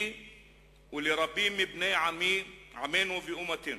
לי ולרבים מבני עמנו ואומתנו